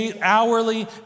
hourly